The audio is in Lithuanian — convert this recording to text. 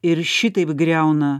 ir šitaip griauna